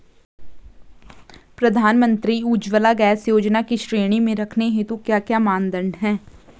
प्रधानमंत्री उज्जवला गैस योजना की श्रेणी में रखने हेतु क्या क्या मानदंड है?